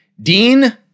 Dean